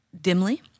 dimly